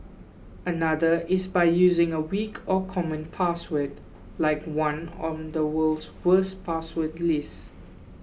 another is by using a weak or common password like one on the world's worst password list